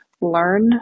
learn